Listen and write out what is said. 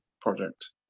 project